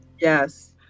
Yes